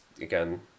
again